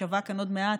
שתישבע כאן עוד מעט,